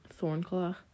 thornclaw